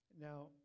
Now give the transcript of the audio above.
Now